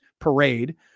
parade